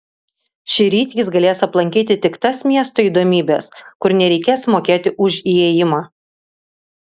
šįryt jis galės aplankyti tik tas miesto įdomybes kur nereikės mokėti už įėjimą